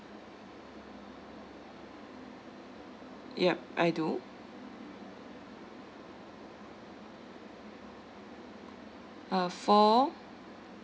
yup I do uh four